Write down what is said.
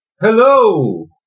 Hello